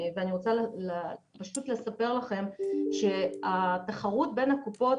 אני רוצה פשוט לספר לכם שהתחרות בין קופות